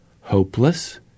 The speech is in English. hopeless